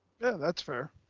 yeah that's fair.